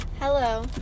Hello